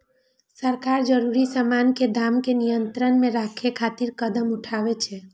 सरकार जरूरी सामान के दाम कें नियंत्रण मे राखै खातिर कदम उठाबै छै